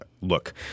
look